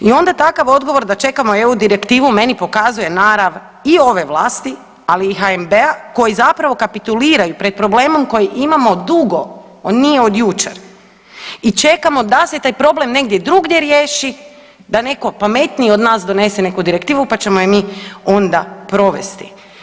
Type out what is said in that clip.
I onda takav odgovor da čekamo eu direktivu meni pokazuje narav i ove vlasti, ali i HNB-a koji zapravo kapituliraju pred problemom koji imamo dugo, on nije od jučer i čekamo da se taj problem negdje drugdje riješi, da neko pametniji od nas donese neku direktivu pa ćemo je mi onda provesti.